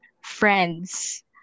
friends